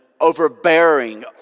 overbearing